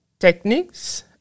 techniques